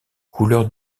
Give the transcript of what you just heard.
couleur